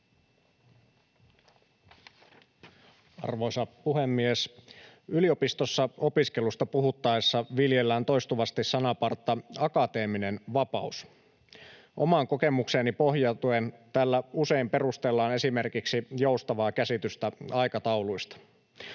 Arvoisa puhemies! Yliopistossa opiskelusta puhuttaessa viljellään toistuvasti sananpartta ”akateeminen vapaus”. Omaan kokemukseeni pohjautuen tällä usein perustellaan esimerkiksi joustavaa käsitystä aikatauluista.